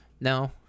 No